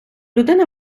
людини